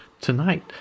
tonight